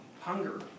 Hunger